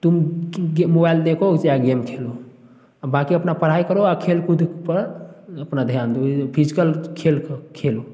तुम के मोबाइल देखो चाहे गेम खेलो बाकी अपना पढ़ाई करो और खेल कूद पर अपना ध्यान दो फिजिकल खेल खेल